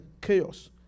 chaos